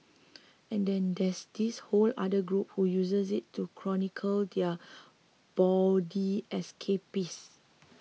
and then there's this whole other group who uses it to chronicle their bawdy escapades